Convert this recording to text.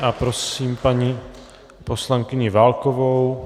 A prosím paní poslankyni Válkovou.